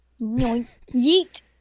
Yeet